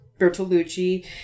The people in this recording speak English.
bertolucci